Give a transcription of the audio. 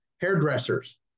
Hairdressers